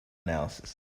analysis